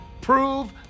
prove